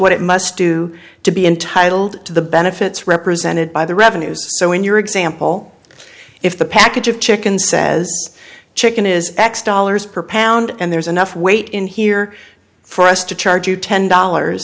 what it must do to be entitled to the benefits represented by the revenues so in your example if the package of chicken says chicken is x dollars per pound and there's enough weight in here for us to charge you ten dollars